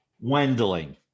Wendling